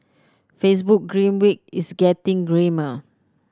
Facebook grim week is getting grimmer